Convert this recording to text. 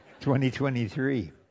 2023